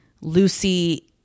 Lucy